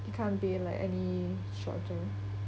you can't be like any shorter